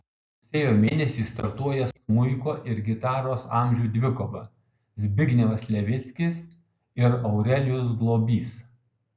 rugsėjo mėnesį startuoja smuiko ir gitaros amžių dvikova zbignevas levickis ir aurelijus globys